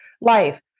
life